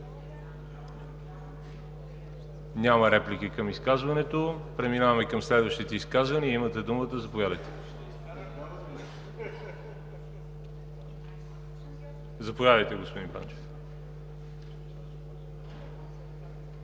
Няма реплики към изказването. Преминаваме към следващите изказвания. Имате думата. Заповядайте, господин Панчев.